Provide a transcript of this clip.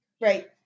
right